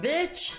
Bitch